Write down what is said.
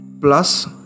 plus